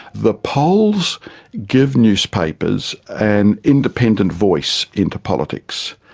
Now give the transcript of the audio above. the polls give newspapers an independent voice into politics.